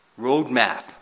roadmap